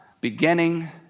beginning